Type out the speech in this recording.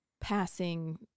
passing